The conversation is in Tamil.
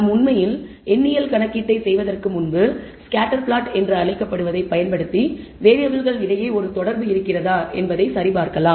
நாம் உண்மையில் எண்ணியல் கணக்கீட்டைச் செய்வதற்கு முன்பு ஸ்கேட்டர் பிளாட் என்று அழைக்கப்படுவதைப் பயன்படுத்தி வேறியபிள்கள் இடையே ஒரு தொடர்பு இருக்கிறதா என்பதைச் சரிபார்க்கலாம்